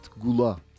Gula